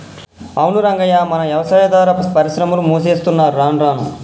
అవును రంగయ్య మన యవసాయాదార పరిశ్రమలు మూసేత్తున్నరు రానురాను